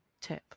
tip